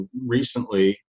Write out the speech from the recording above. recently